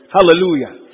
Hallelujah